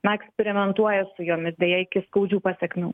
na eksperimentuoja su jomis deja iki skaudžių pasekmių